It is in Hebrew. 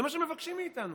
זה מה שמבקשים מאיתנו.